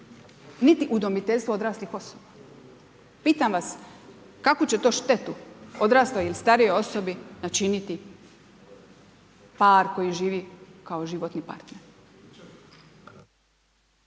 niti udomiteljstvo odraslih osoba. Pitam vas, kakvu će to štetu odrasloj ili starijoj osobi načiniti par koji živi kao životni partner?